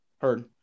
Heard